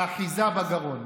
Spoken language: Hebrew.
האחיזה בגרון.